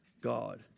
God